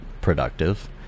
productive